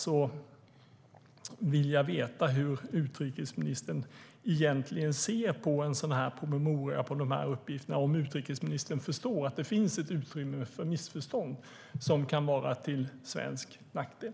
Jag vill därför veta hur utrikesministern egentligen ser på en sådan promemoria med dessa uppgifter, om utrikesministern förstår att det finns ett utrymme för missförstånd som kan vara till svensk nackdel.